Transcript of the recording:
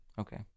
Okay